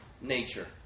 nature